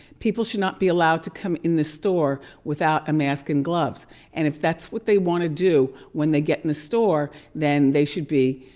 people should not be allowed to come in the store without a mask and gloves and if that's what they wanna do when they get in the store then they should be